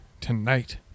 tonight